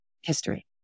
history